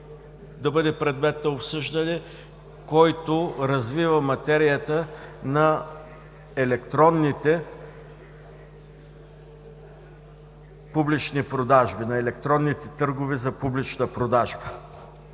да бъде предмет на обсъждане, който развива материята на електронните публични продажби,